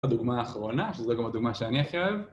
הדוגמה האחרונה, שזו גם הדוגמה שאני הכי אוהב